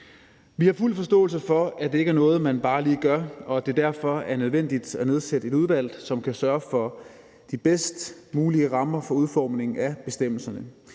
Vi har fuld forståelse for, at det ikke er noget, man bare lige gør, og at det derfor er nødvendigt at nedsætte et udvalg, som kan sørge for de bedst mulige rammer for udformningen af bestemmelserne.